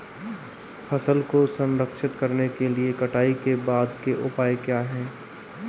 फसल को संरक्षित करने के लिए कटाई के बाद के उपाय क्या हैं?